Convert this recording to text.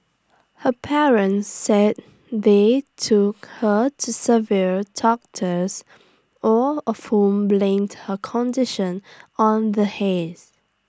her parents said they took her to several doctors all of whom blamed her condition on the haze